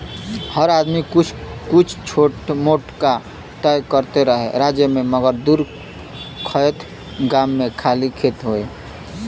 हर आदमी कुछ छोट मोट कां त करते रहे राज्य मे मगर दूर खएत गाम मे खाली खेती होए